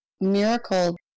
miracle